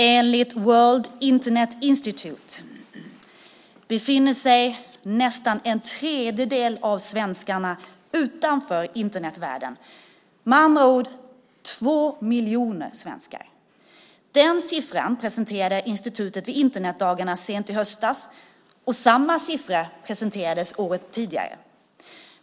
Enligt World Internet Institute befinner sig nästan en tredjedel av svenskarna utanför Internetvärlden, med andra ord två miljoner svenskar. Den siffran presenterade institutet vid Internetdagarna sent i höstas. Samma siffra presenterades året innan.